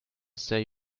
say